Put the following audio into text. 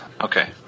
Okay